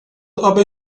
qabel